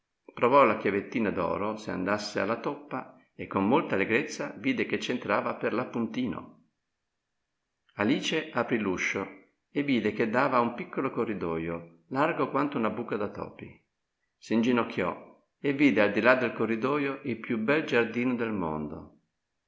provò la chiavettina d'oro se andasse alla toppa e con molta allegrezza vide che c'entrava per l'appuntino alice aprì l'uscio e vide che dava a un piccolo corridoio largo quanto una buca da topi s'inginocchiò e vide al di là del corridoio il più bel giardino del mondo